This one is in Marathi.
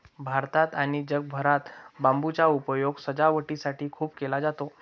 भारतात आणि जगभरात बांबूचा उपयोग सजावटीसाठी खूप केला जातो